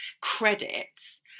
credits